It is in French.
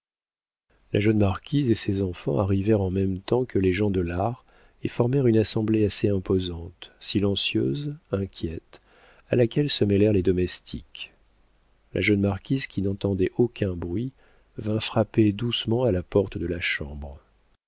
la jeune marquise et ses enfants arrivèrent en même temps que les gens de l'art et formèrent une assemblée assez imposante silencieuse inquiète à laquelle se mêlèrent les domestiques la jeune marquise qui n'entendait aucun bruit vint frapper doucement à la porte de la chambre